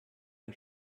ein